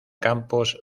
campos